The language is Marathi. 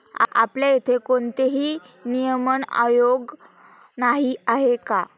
आपल्या इथे कोणतेही नियमन आयोग नाही आहे का?